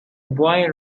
boy